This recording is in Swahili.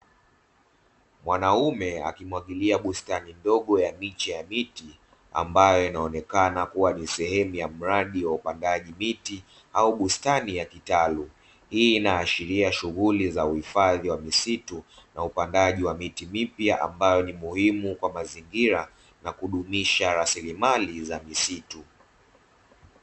Mwanamume akimwagilia bustani ndogo ya miche ya miti, ambayo inaonekana kuwa ni sehemu ya mradi wa upandaji miti au bustani ya kitalu hii inaashiria shughuli za uhifadhi wa misitu na upandaji wa miti mipya ambayo ni muhimu kwa mazingira na kudumisha rasilimali za misitu.